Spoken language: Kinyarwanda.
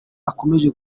akomeje